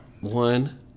One